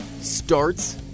starts